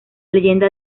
leyenda